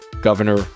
Governor